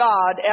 God